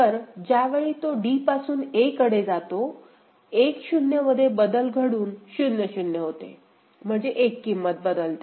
तर ज्यावेळी तो d पासून a कडे जातो 1 0 मध्ये बदल घडून 0 0 होते म्हणजे एक किंमत बदलते